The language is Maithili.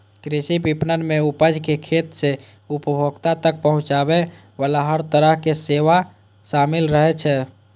कृषि विपणन मे उपज कें खेत सं उपभोक्ता तक पहुंचाबे बला हर तरहक सेवा शामिल रहै छै